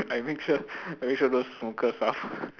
I make sure I make sure those smokers ah